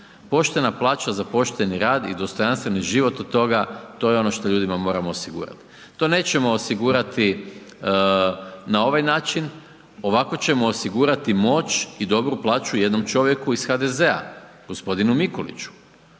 Poštena plaća za pošteni rad i dostojanstveni život od toga, to je ono što ljudima moramo osigurati. To nećemo osigurati na ovaj način, ovako ćemo osigurati moć i dobru plaću jednom čovjeku iz HDZ-a, g. Mikuliću.